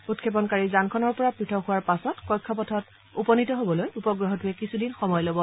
উৎক্ষেপনকাৰী যানখনৰ পৰা পৃথক হোৱাৰ পাছত কক্ষপথ উপনীত হ'বলৈ উপগ্ৰহটোৱে কিছুদিন সময় ল'ব